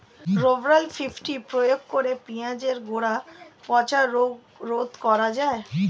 Rovral fifty প্রয়োগ করে পেঁয়াজের গোড়া পচা রোগ রোধ করা যায়?